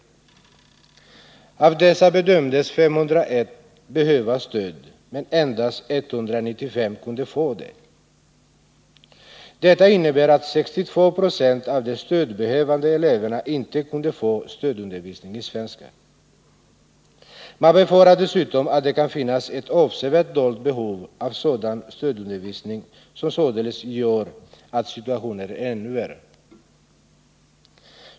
Av dessa bedömdes 501 behöva stöd, men endast 195 kunde få det. Detta innebär att 62 70 av de stödbehövande eleverna inte kunde få stödundervisning i svenska. Man befarar dessutom att det kan finnas ett avsevärt, dolt behov av sådan stödundervisning, vilket således betyder att situationen kan vara ännu värre.